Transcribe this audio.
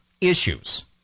issues